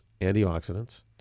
antioxidants